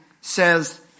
says